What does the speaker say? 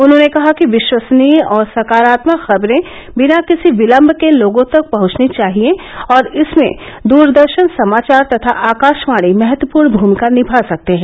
उन्होंने कहा कि विश्वसनीय और संकारात्मक खबरे बिना किसी विलंब के लोगों तक पहंचनी चाहिए और इसमें द्रदर्शन समाचार तथा आकाशवाणी महत्वपूर्ण भूभिका निमा सकते हैं